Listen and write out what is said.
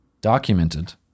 documented